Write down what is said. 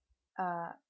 uh